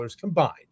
combined